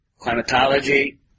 Climatology